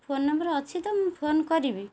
phone number ଅଛି ତ ମୁଁ ଫୋନ୍ କରିବି